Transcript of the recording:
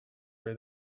her